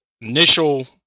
initial